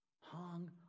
hung